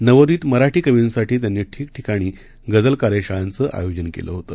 नवोदितमराठीकवींसाठीत्यांनीठिकठिकाणीगझलकार्यशाळांचंआयोजनकेलंहोतं